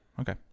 Okay